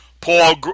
Paul